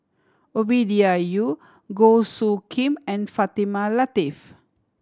Ovidia Yu Goh Soo Khim and Fatimah Lateef